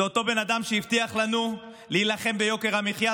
זה אותו בן אדם שהבטיח לנו להילחם ביוקר המחיה.